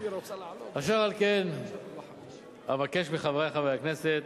אשר על כן, אבקש מחברי חברי הכנסת